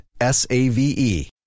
S-A-V-E